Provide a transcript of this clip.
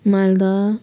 Malda